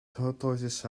tortoises